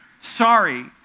sorry